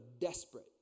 desperate